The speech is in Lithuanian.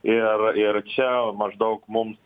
ir ir čia maždaug mums